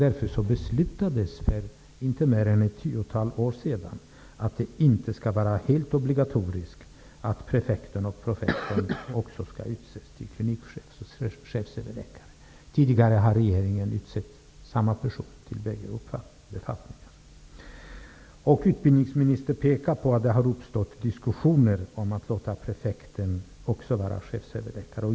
Därför beslutades för inte mer än ett tiotal år sedan att det inte skall vara obligatoriskt att prefekten och professorn också skall utses till klinikchef och chefsöverläkare. Tidigare har regeringen utsett en och samma person till bägge dessa befattningar. Utbildningsministern påpekade att det har uppstått diskussioner om att låta prefekten också vara chefsöverläkare.